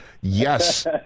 yes